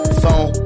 phone